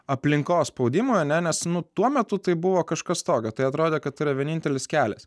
aplinkos spaudimui ane nes nu tuo metu tai buvo kažkas tokio tai atrodė kad yra vienintelis kelias